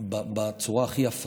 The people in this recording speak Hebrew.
בצורה מאוד יפה,